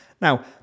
Now